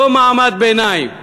אותו מעמד ביניים,